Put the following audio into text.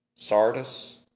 Sardis